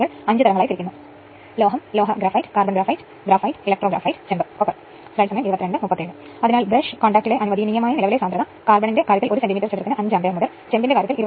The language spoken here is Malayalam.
അതിനാൽ ഓട്ടോ ട്രാൻസ്ഫോർമറിന്റെ വ്യാപ്തി 1 115138 2 വിൻഡിംഗ് ട്രാൻസ്ഫോർമറിന്റെ വ്യാപ്തി അതിനാൽ 2 വിൻഡിംഗ് ട്രാൻസ്ഫോർമറിന്റെ വ്യാപ്തി 0